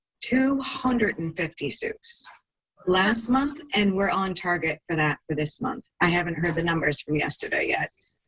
two hundred and fifty suits last month and we're on target for that for this month. i haven't heard the numbers from yesterday yet.